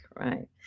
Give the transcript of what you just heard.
right